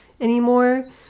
anymore